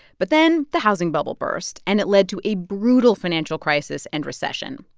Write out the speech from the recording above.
but then the housing bubble burst, and it led to a brutal financial crisis and recession.